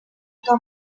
bwa